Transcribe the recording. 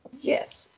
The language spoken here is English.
Yes